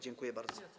Dziękuję bardzo.